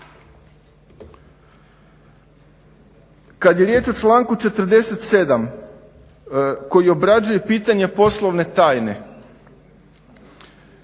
Kad je riječ o članku 47. koji obrađuje pitanje poslovne tajne,